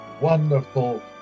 wonderful